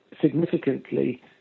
significantly